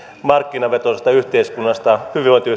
markkinavetoisesta yhteiskunnasta